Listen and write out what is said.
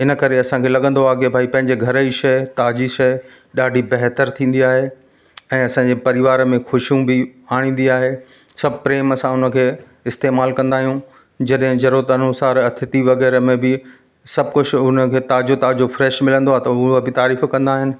इन करे असांखे लगंदो आहे की भई पंहिंजे घर जी शइ ताज़ी शइ ॾाढी बहितरु थींदी आहे ऐं असांजे परिवार में खुशियूं बि आणींदी आहे सभु प्रेम सां उनखे इस्तेमालु कंदा आहियूं जॾहिं जरूअत अनुसार आतिथी वगै़राह में बि सभु कुझु उनखे ताज़ो ताज़ो फ़्रेश मिलंदो आहे त हूअ बि तारीफ़ कंदा आहिनि